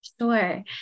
Sure